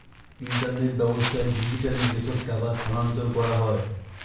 internet ব্যাবস্থায় digitally যেসব টাকা স্থানান্তর করা হয়